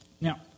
Now